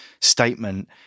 statement